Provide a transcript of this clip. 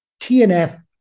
TNF